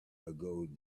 ago